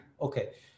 Okay